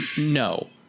No